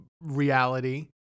reality